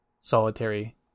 solitary